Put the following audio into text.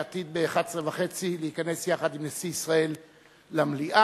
שעתיד ב-11:30 להיכנס יחד עם נשיא ישראל למליאה.